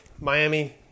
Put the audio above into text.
Miami